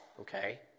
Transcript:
okay